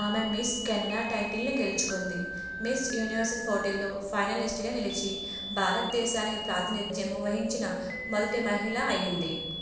ఆమె miss Canada టైటిల్ను గెలుచుకుంది మిస్ యూనివర్స్ పోటీలో ఫైనలిస్ట్గా నిలిచి భారతదేశానికి ప్రాతినిధ్యం వహించిన మొదటి మహిళ అయ్యింది